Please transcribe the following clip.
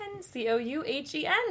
C-O-U-H-E-N